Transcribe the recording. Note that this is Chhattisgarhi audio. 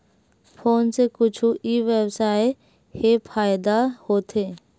फोन से कुछु ई व्यवसाय हे फ़ायदा होथे?